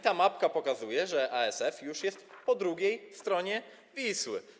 Ta mapka pokazuje, że ASF jest już po drugiej stronie Wisły.